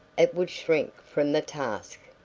it would shrink from the task.